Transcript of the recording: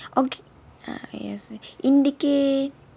okay uh yes indicate